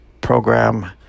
program